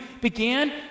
began